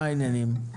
מה העניינים?